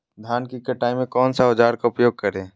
धान की कटाई में कौन सा औजार का उपयोग करे?